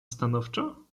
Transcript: stanowczo